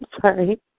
sorry